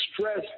stress